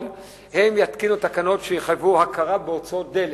הם יתקינו תקנות שיחייבו הכרה בהוצאות דלק